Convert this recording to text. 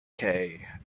cay